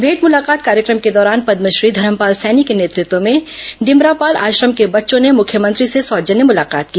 भेंट मुलाकात कार्यक्रम के दौरान पदमश्री धरमपाल सैनी के नेतृत्व में डिमरापाल आश्रम के बच्चों ने मुख्यमंत्री से सौजन्य मुलाकात की